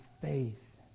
faith